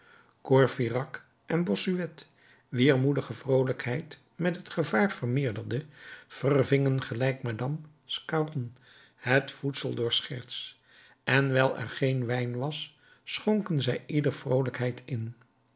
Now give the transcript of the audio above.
courfeyrac en bossuet wier moedige vroolijkheid met het gevaar vermeerderde vervingen gelijk madame scarron het voedsel door scherts en wijl er geen wijn was schonken zij ieder vroolijkheid in